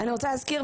אני רוצה להזכיר,